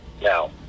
Now